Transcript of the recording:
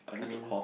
I mean